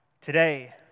today